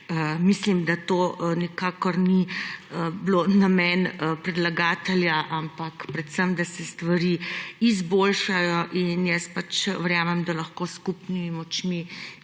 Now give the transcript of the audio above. Mislim, da to nikakor ni bil namen predlagatelja, ampak predvsem, da se stvari izboljšajo. Jaz pač verjamem, da lahko s skupnimi močmi